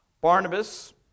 Barnabas